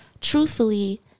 Truthfully